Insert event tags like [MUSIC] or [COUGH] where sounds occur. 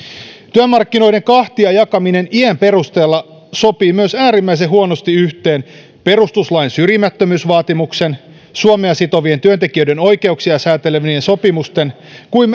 työmarkkinoiden kahtia jakaminen iän perusteella sopii myös äärimmäisen huonosti yhteen perustuslain syrjimättömyysvaatimuksen suomea sitovien työntekijöiden oikeuksia sääntelevien sopimusten kuin [UNINTELLIGIBLE]